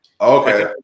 okay